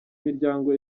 imiryango